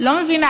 לא מבינה.